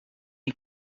you